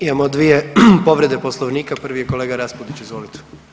Imamo dvije povrede Poslovnika, prvi je kolega Raspudić, izvolite.